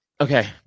okay